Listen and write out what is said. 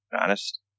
honest